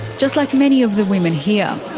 just like many of the women here.